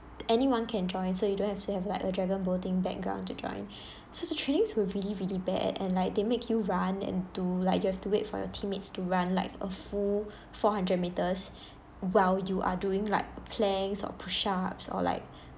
anyone can join so you don't have to have like a dragon boating background to join so the trainings were really really bad and and like they make you run and do like you have to wait for your teammates to run like a full four hundred metres while you are doing like planks or push-ups or like